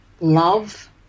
love